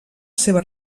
seva